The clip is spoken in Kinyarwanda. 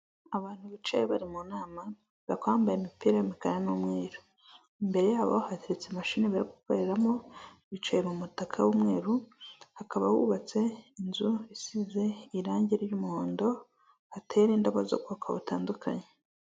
Abantu bicaye bari mu nama bakaba bambaye imipira y'imikara n'umweru, imbere yabo hateretse mashini bari gukoreramo, bicaye mu mutaka w'umweru, hakaba hubatse inzu isize irangi ry'umuhondo, hateye n'indabo z'ubwoko butandukanye.